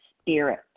spirit